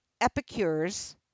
epicures